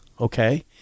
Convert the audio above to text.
Okay